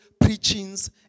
preachings